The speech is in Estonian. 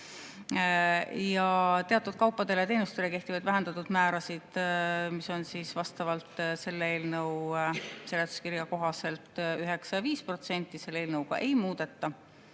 Teatud kaupadele ja teenustele kehtivaid vähendatud määrasid, mis on selle eelnõu seletuskirja kohaselt 9% ja 5%, selle eelnõuga ei muudeta.